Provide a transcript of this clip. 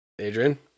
Adrian